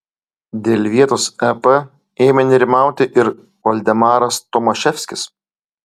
dėl vietos ep ėmė nerimauti ir valdemaras tomaševskis